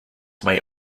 may